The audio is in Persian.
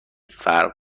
فرق